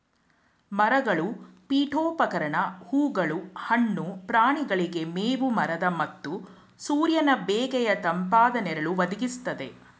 ಮರಗಳು ಪೀಠೋಪಕರಣ ಹೂಗಳು ಹಣ್ಣು ಪ್ರಾಣಿಗಳಿಗೆ ಮೇವು ಮರದ ಮತ್ತು ಸೂರ್ಯನ ಬೇಗೆಯ ತಂಪಾದ ನೆರಳು ಒದಗಿಸ್ತದೆ